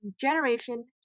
generation